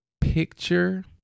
picture